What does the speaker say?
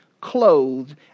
clothed